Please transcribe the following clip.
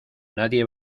nadie